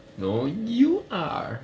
no you are